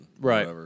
Right